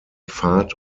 pfad